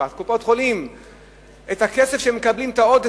את הכסף שהן מקבלות,